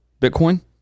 Bitcoin